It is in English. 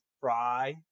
Fry